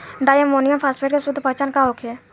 Di ammonium phosphate के शुद्ध पहचान का होखे?